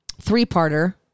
three-parter